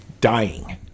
dying